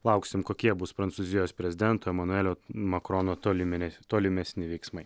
lauksim kokie bus prancūzijos prezidento emanuelio makrono tolime tolimesni veiksmai